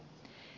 vielä